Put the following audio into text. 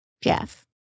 Jeff